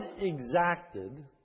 exacted